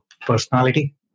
personality